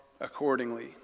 accordingly